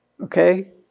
Okay